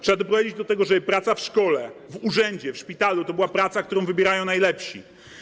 Trzeba doprowadzić do tego, żeby praca w szkole, w urzędzie, w szpitalu to była praca, którą wybierają najlepsi.